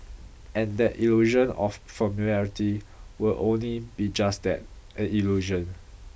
and that illusion of familiarity will only be just that an illusion